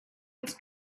its